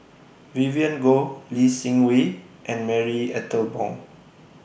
Vivien Goh Lee Seng Wee and Marie Ethel Bong